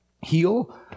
heal